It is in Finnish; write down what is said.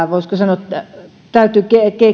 voisiko sanoa täytyy